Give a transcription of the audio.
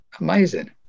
Amazing